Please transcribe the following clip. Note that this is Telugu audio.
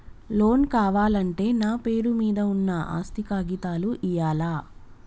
లోన్ కావాలంటే నా పేరు మీద ఉన్న ఆస్తి కాగితాలు ఇయ్యాలా?